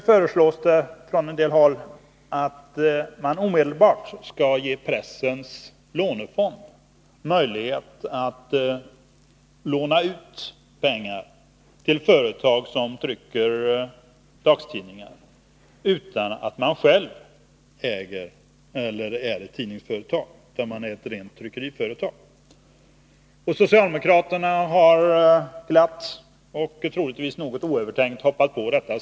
Från en del håll föreslås att man omedelbart skall ge pressens lånefond möjlighet att låna ut pengar till företag som trycker dagstidningar men som inte själva är tidningsföretag, alltså rena tryckeriföretag. Socialdemokraterna har glatt och troligtvis något oövertänkt hoppat på det förslaget.